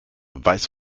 weiß